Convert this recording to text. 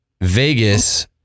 Vegas